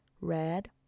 red